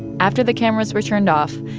after the cameras were turned off,